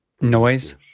noise